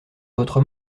votre